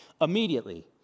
Immediately